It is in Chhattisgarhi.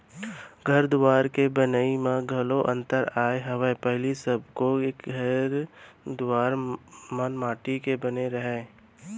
घर दुवार के बनई म घलौ अंतर आय हवय पहिली सबो के घर दुवार मन माटी के बने रहय